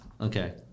Okay